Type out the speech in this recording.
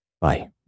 Bye